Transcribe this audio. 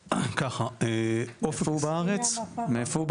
ככה, אופק --- מאיפה הוא בארץ?